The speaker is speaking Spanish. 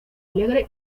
alegre